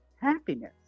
happiness